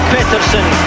Peterson